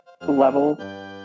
level